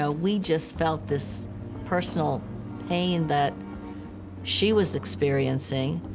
ah we just felt this personal pain that she was experiencing.